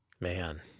Man